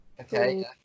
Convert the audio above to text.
Okay